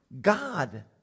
God